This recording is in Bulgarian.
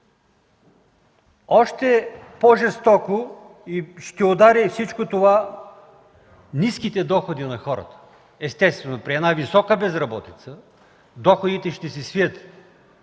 още по-жестоко ще удари ниските доходи на хората. Естествено е при една висока безработица доходите да се свият.